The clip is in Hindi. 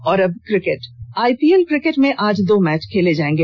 से स आईपीएल क्रिकेट में आज दो मैच खेले जाएंगे